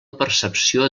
percepció